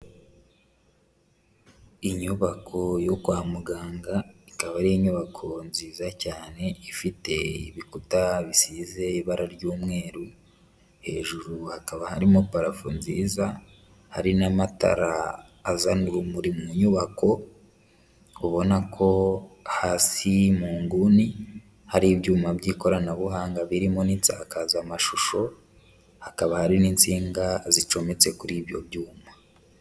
Inyubako yo kwa muganga ikaba ari inyubako nziza cyane ifite ibikuta bisize ibara ry'umweru, hejuru hakaba harimo parafu nziza hari n'amatara azana urumuri mu nyubako ubona ko hasi mu nguni hari ibyuma by'ikoranabuhanga birimo n'insakazamashusho hakaba hari n'insinga zicometse kuri ibyo byuma.